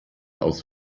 aus